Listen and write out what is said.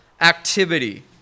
activity